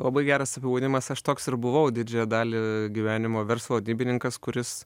labai geras apibūdinimas aš toks ir buvau didžiąją dalį gyvenimo verslo vadybininkas kuris